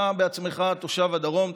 אתה בעצמך תושב הדרום,